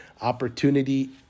opportunity